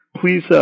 please